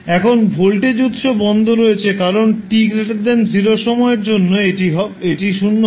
এখন ভোল্টেজ উত্স বন্ধ রয়েছে কারণ t0 সময়ে জন্য এটি 0 হবে